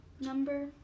number